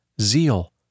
zeal